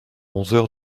onze